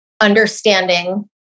understanding